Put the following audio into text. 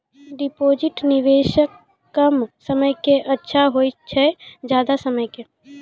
Deposit निवेश कम समय के के अच्छा होय छै ज्यादा समय के?